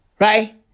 Right